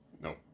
No